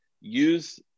use